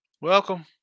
Welcome